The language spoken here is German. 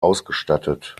ausgestattet